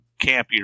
campier